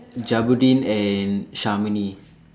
Jabudeen and Shamini